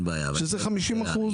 שזה 50%. אין בעיה.